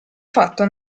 fatto